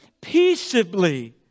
peaceably